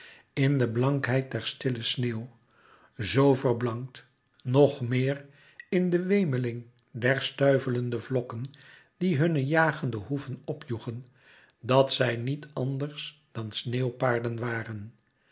in de blankheid der stille sneeuw zoo verblankt nog meér in de wemeling der stuivelende vlokken die hunne jagende hoeven opjoegen dat zij niet anders dan sneeuwpaarden waren